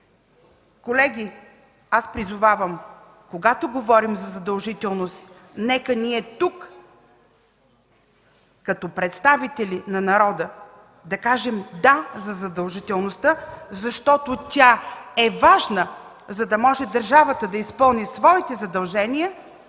Колеги, аз призовавам, когато говорим за задължителност, нека тук, като представители на народа, да кажем „да” за задължителността, защото тя е важна, за да може държавата да изпълни своите задължения,